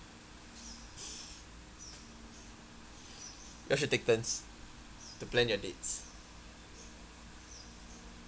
you all should take turns to plan your dates